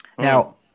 Now